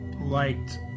liked